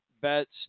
bets